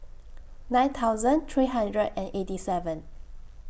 nine thousand three hundred and eighty seven